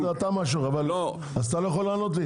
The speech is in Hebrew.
בסדר, אז אתה לא יכול לענות לי?